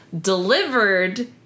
delivered